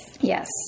Yes